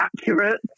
accurate